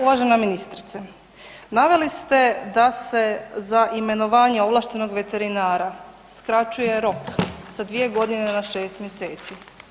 Uvažena ministrice, naveli ste da se za imenovanje ovlaštenog veterinara skraćuje rok sa 2 godine na 6 mjeseci.